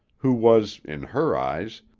who was, in her eyes,